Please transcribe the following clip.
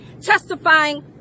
testifying